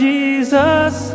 Jesus